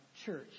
church